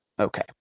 Okay